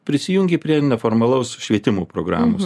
prisijungė prie neformalaus švietimo programos